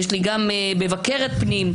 יש לי גם מבקרת פנים,